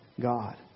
God